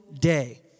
day